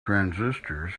transistors